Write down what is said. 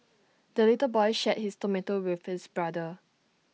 the little boy shared his tomato with his brother